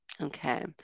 Okay